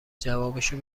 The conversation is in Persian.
جوابشو